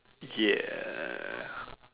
ya